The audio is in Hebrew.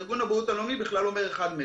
ארגון הבריאות העולמי בכלל אומר מטר אחד.